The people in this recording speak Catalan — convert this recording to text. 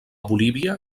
bolívia